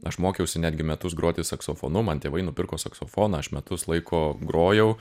aš mokiausi netgi metus groti saksofonu man tėvai nupirko saksofoną aš metus laiko grojau